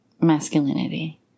masculinity